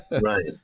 Right